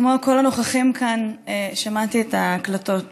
כמו כל הנוכחים כאן שמעתי את ההקלטות